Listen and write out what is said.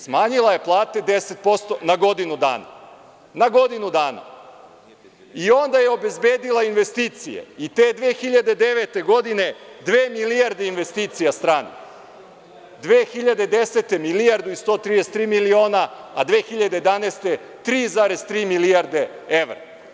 Smanjila je plate 10% na godinu dana i onda je obezbedila investicije i te 2009. godine dve milijarde investicija stranih, 2010. godine milijardu i 133 miliona, a 2011. godine 3,3 milijarde evra.